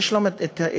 יש להם המומחיות,